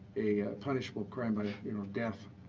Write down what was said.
a punishable crime by you know death.